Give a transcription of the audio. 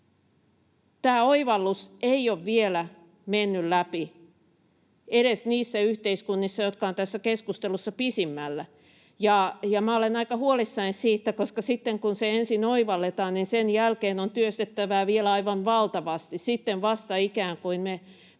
Tämä oivallus ei ole vielä mennyt läpi edes niissä yhteiskunnissa, jotka ovat tässä keskustelussa pisimmällä. Minä olen aika huolissani siitä, koska sen jälkeen, kun se ensin oivalletaan, on työstettävää vielä aivan valtavasti. Sitten vasta me ikään kuin